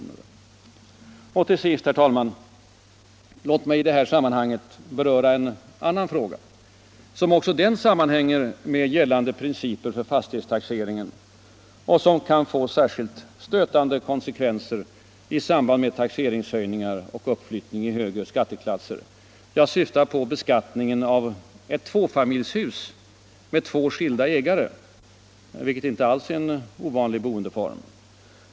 Låt mig till sist, herr talman, i det här sammanhanget beröra en annan fråga, som också den sammanhänger med gällande principer för fastighetstaxeringen och som kan få särskilt stötande konsekvenser i samband med höjningar av taxeringsvärden och uppflyttningar i högre skatteklasser. Jag syftar på beskattningen av ett tvåfamiljshus med två skilda ägare, vilket inte alls är en ovanlig boendeform.